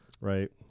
right